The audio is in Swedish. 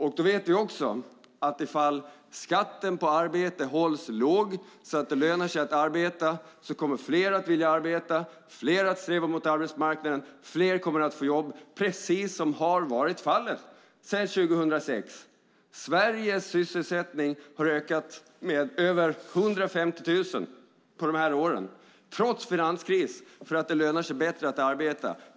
Vi vet också att om skatten på arbete hålls låg, så att det lönar sig att arbeta, kommer fler att vilja arbeta. Fler kommer att sträva mot arbetsmarknaden och fler kommer att få jobb, precis som har varit fallet sedan 2006. Sysselsättningen i Sverige har ökat med över 150 000 personer på de här åren, trots finanskris, för att det lönar sig bättre att arbeta.